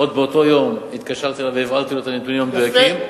עוד באותו יום התקשרתי אליו והבהרתי לו את הנתונים המדויקים.